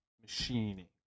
machining